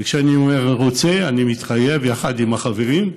וכשאני אומר "רוצה" אני מתחייב, יחד עם החברים,